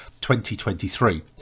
2023